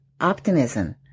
optimism